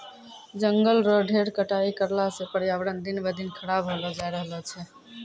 जंगल रो ढेर कटाई करला सॅ पर्यावरण दिन ब दिन खराब होलो जाय रहलो छै